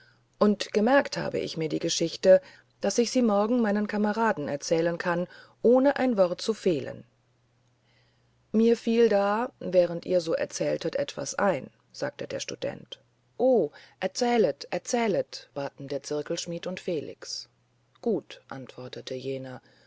und gemerkt habe ich mir die geschichte daß ich sie morgen meinen kameraden erzählen kann ohne ein wort zu fehlen mir fiel da während ihr so erzähltet etwas ein sagte der student o erzählet erzählet baten der zirkelschmidt und felix gut antwortete jener